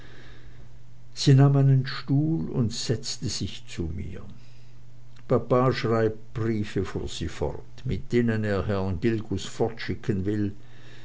nahm einen stuhl und setzte sich zu mir papa schreibt briefe fuhr sie fort mit denen er herrn gilgus fortschicken will